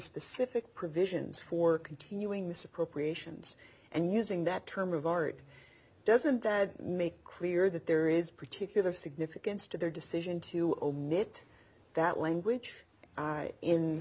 specific provisions for continuing misappropriations and using that term of art doesn't make clear that there is particular significance to their decision to omit that language i